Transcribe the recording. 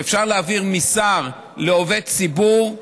שאפשר להעביר משר לעובד ציבור,